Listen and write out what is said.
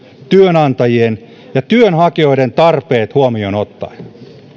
työnantajien ja työnhakijoiden tarpeet huomioon ottaen